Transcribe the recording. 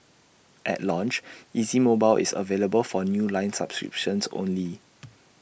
at launch easy mobile is available for new line subscriptions only